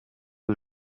aux